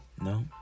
No